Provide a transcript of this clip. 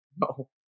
No